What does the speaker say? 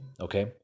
Okay